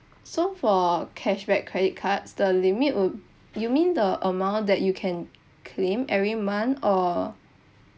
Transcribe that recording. so for cashback credit cards the limit would you mean the amount that you can claim every month or